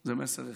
זה מסר אחד: